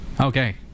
Okay